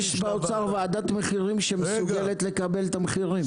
יש באוצר ועדת מחירים שמסוגלת לקבל את המחירים ואת הנתונים.